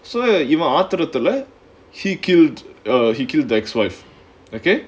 so இவன் ஆத்துரத்துல:ivan aathurathule he killed he kill the ex wife okay